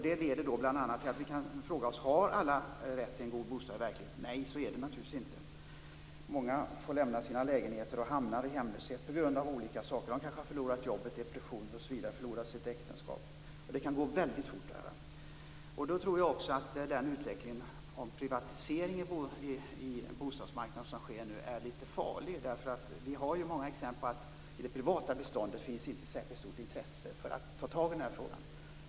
Det leder bl.a. till att vi kan fråga oss: Har alla rätt till en god bostad i verkligheten? Nej, så är det naturligtvis inte. Många får lämna sina lägenheter och hamnar i hemlöshet på grund av olika skäl. De kanske har förlorat jobbet, har depressioner osv. eller har förlorat sitt äktenskap. Det kan gå väldigt fort. Jag tycker att den utveckling vi nu kan se med privatisering på bostadsmarknaden är lite farlig. Vi har många exempel på att i det privata beståndet finns inte särskilt stort intresse för att ta tag i frågan.